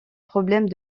problèmes